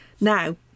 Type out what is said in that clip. now